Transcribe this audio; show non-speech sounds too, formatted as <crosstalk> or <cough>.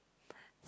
<noise>